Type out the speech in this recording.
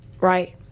Right